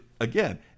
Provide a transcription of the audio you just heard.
again